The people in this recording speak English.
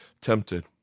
tempted